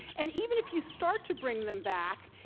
and even if you start to bring them back,